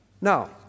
Now